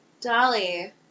Dolly